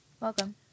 Welcome